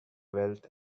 wealth